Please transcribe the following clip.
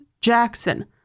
Jackson